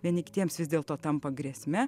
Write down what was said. vieni kitiems vis dėlto tampa grėsme